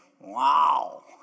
Wow